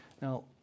Now